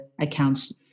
accounts